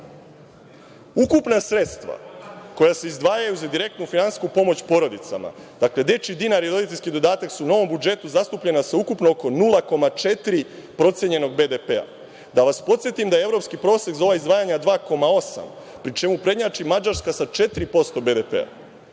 izdao? Ukupna sredstva koja se izdvajaju za direktnu finansijsku pomoć porodicama, dakle, dečiji dinar i roditeljski dodatak su u novom budžetu zastupljeni sa oko 0,4 procenjenog BDP-a. Da vas podsetim da je evropski prosek za ova izdvajanja 2,8, pri čemu prednjači Mađarska sa 4% BDP-a,